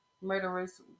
murderers